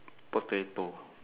potato